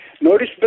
Notice